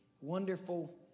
wonderful